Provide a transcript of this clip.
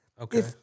Okay